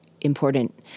important